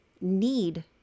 need